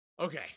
Okay